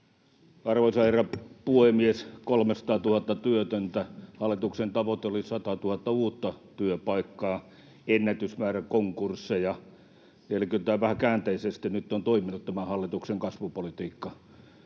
Arvoisa herra puhemies! 300 000 työtöntä — hallituksen tavoite oli 100 000 uutta työpaikkaa — ennätysmäärä konkursseja, eli kyllä vähän käänteisesti nyt on toiminut tämä hallituksen kasvupolitiikka: